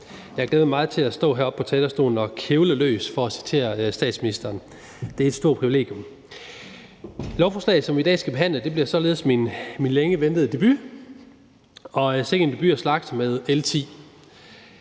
jeg har glædet mig meget til at skulle stå heroppe på talerstolen og kævle løs – for at citere statsministeren. Det er et stort privilegium. Lovforslaget, som vi i dag skal behandle, bliver således min længe ventede debut – og sikke en debut at starte med L 10.